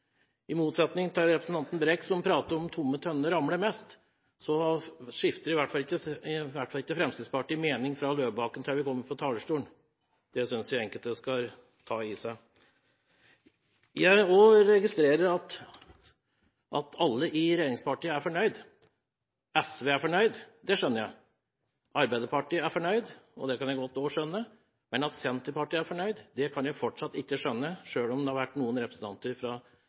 I motsetning til representanten Brekk, som prater om at tomme tønner ramler mest, skifter i hvert fall ikke Fremskrittspartiet mening fra vi er på Løvebakken til vi kommer på talerstolen. Det synes jeg enkelte skal ta til seg. Jeg registrerer også at alle i regjeringspartiene er fornøyd. SV er fornøyd, og det skjønner jeg. Arbeiderpartiet er fornøyd, og det kan jeg også godt skjønne. Men at Senterpartiet er fornøyd, kan jeg fortsatt ikke skjønne, selv om det har vært noen representanter fra